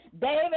David